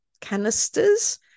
canisters